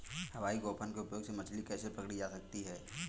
हवाई गोफन के उपयोग से मछली कैसे पकड़ी जा सकती है?